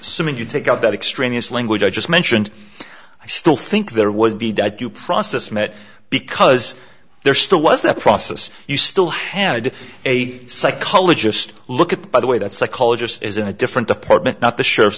you take up that extraneous language i just mentioned i still think there would be die due process met because there still was the process you still had a psychologist look at by the way that psychologist is in a different department not the sheriff's